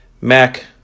Mac